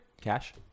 Cash